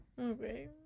Okay